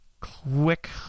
quick